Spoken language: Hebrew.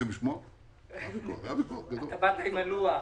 אתה באת עם הלוח.